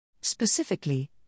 Specifically